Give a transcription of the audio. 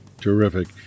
Terrific